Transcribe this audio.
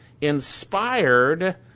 inspired